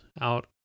out